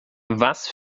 was